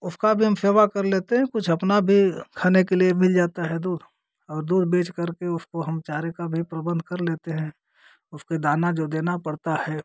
उसका भी हम सेवा कर लेते हैं कुछ अपना भी खाने के लिए मिल जाता है दूध और दूध बेचकर उसको हम चारे का भी प्रबंध कर लेते हैं उसके दाना जो देना पड़ता है